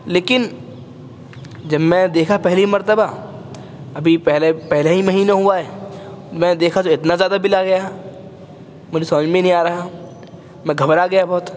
لیکن جب میں دیکھا پہلی مرتبہ ابھی پہلے پہلا ہی مہینہ ہوا ہے میں دیکھا جو اتنا زیادہ بل آ گیا مجھے سمجھ میں نہیں آ رہا ہے میں گھبرا گیا بہت